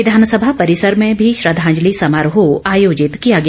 विधानसभा परिसर में भी श्रद्धांजलि समारोह आयोजित किया गया